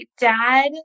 dad